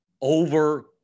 over